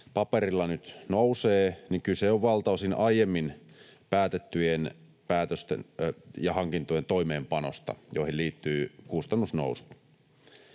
paperilla nyt nousee, niin kyse on valtaosin aiemmin päätettyjen päätösten ja hankintojen toimeenpanosta, joihin liittyy kustannusnousu.